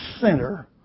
center